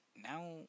now